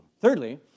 Thirdly